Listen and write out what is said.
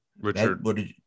Richard